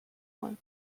one